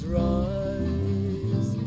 rise